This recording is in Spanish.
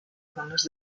zonas